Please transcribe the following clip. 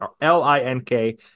l-i-n-k